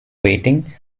waiting